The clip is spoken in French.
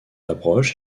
approche